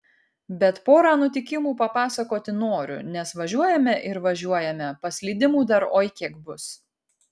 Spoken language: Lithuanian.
bet porą nutikimų papasakoti noriu nes važiuojame ir važiuojame paslydimų dar oi kiek bus